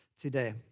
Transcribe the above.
today